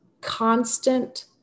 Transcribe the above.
Constant